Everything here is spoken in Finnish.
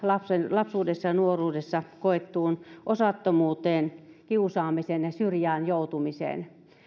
lapsuudessa ja nuoruudessa koettuun osattomuuteen kiusaamiseen ja syrjään joutumiseen